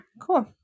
cool